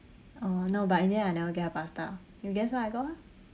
oh no but in the end I never get her pasta you guess what I got her